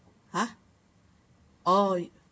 !huh! oh you